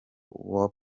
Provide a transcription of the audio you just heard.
uwo